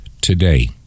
today